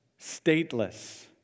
stateless